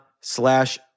slash